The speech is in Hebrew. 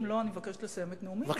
אם לא, אני מבקשת לסיים את נאומי, בבקשה.